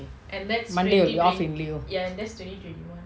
monday will be off in lieu